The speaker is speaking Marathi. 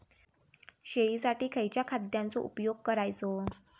शेळीसाठी खयच्या खाद्यांचो उपयोग करायचो?